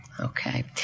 Okay